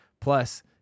Plus